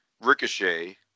Ricochet